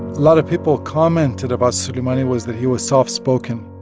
lot of people commented about soleimani was that he was soft-spoken.